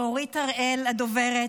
לאורית הראל הדוברת,